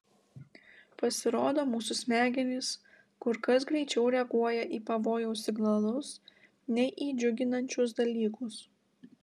pasirodo mūsų smegenys kur kas greičiau reaguoja į pavojaus signalus nei į džiuginančius dalykus